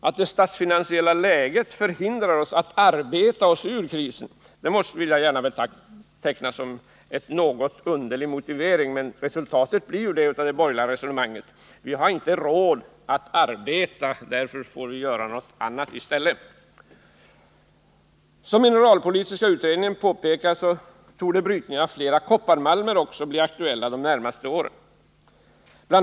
Att det statsfinansiella läget förhindrar oss att arbeta oss ur krisen vill jag gärna beteckna som en mycket underlig motivering, men resultatet av det borgerliga resonemanget blir ju det — vi har inte råd att arbeta, därför får vi göra något annat i stället. Som mineralpolitiska utredningen påpekar torde brytning av flera kopparmalmer också bli aktuellt de närmaste åren. Bl.